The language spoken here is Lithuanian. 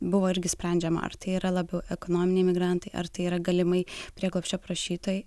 buvo irgi sprendžiama ar tai yra labiau ekonominiai emigrantai ar tai yra galimai prieglobsčio prašytojai